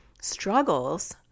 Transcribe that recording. struggles